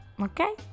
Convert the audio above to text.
okay